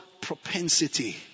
propensity